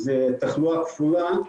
שהיא תחלואה כפולה,